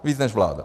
Víc než vláda.